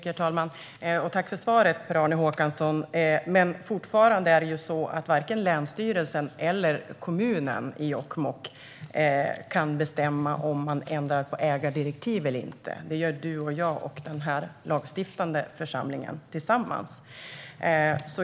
Herr talman! Jag tackar för svaret, Per-Arne Håkansson, men det är fortfarande så att varken länsstyrelsen eller kommunen i Jokkmokk kan bestämma om ägardirektiven ska ändras eller inte. Det gör du, jag och den här lagstiftande församlingen tillsammans.